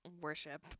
Worship